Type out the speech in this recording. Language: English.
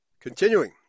Continuing